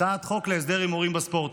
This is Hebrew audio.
הצעת חוק להסדר הימורים בספורט.